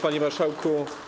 Panie Marszałku!